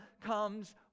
comes